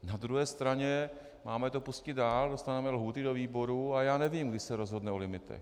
Na druhé straně máme to pustit dál, dostaneme lhůty do výborů a já nevím, kdy se rozhodne o limitech.